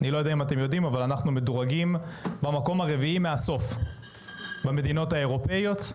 אנחנו מדורגים במקום הרביעי מהסוף במדינות האירופיות,